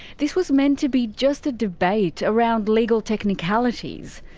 this was meant to be just a debate around legal technicalities.